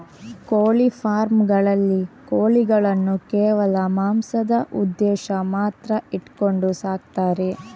ಕೋಳಿ ಫಾರ್ಮ್ ಗಳಲ್ಲಿ ಕೋಳಿಗಳನ್ನು ಕೇವಲ ಮಾಂಸದ ಉದ್ದೇಶ ಮಾತ್ರ ಇಟ್ಕೊಂಡು ಸಾಕ್ತಾರೆ